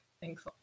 thanks